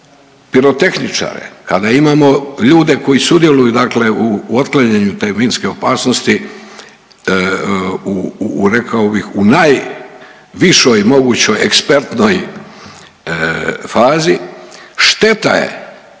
pirotehničare, kada imamo ljude koji sudjeluju, dakle u otklanjanju te minske opasnosti u rekao bih u najvišoj mogućoj ekspertnoj fazi šteta je